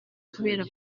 kubera